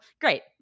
great